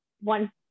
one